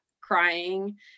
crying